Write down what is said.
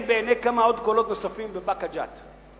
בעיני עוד כמה קולות נוספים בבאקה ג'ת.